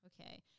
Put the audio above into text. Okay